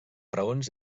raons